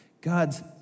God's